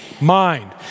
mind